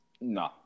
No